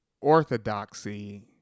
orthodoxy